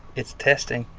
it's testing.